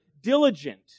Diligent